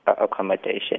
accommodation